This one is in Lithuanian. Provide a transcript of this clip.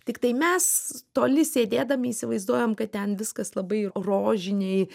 tiktai mes toli sėdėdami įsivaizduojam kad ten viskas labai rožiniai